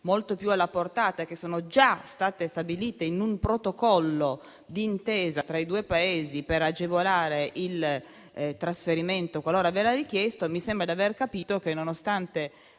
molto più alla portata, che sono già state stabilite in un protocollo d'intesa tra i due Paesi per agevolare il trasferimento, qualora venisse richiesto, mi sembra di aver capito che, nonostante